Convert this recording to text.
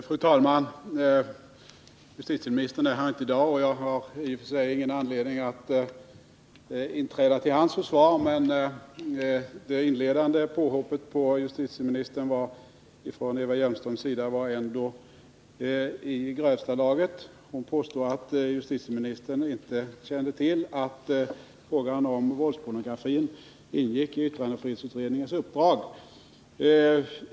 Fru talman! Justitieministern är inte här i dag, och jag har i och för sig ingen anledning att inträda till hans försvar. Men det inledande påhoppet på justitieministern från Eva Hjelmström var ändå i grövsta laget. Hon påstod att justitieministern inte kände till att frågan om våldspornografin ingick i yttrandefrihetsutredningens uppdrag.